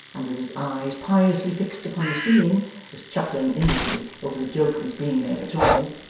and with his eyes piously fixed upon the ceiling was chuckling inwardly over the joke of his being there at all,